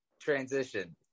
transition